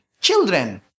children